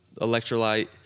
electrolyte